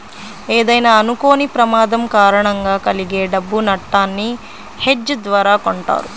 ఏదైనా అనుకోని ప్రమాదం కారణంగా కలిగే డబ్బు నట్టాన్ని హెడ్జ్ ద్వారా కొంటారు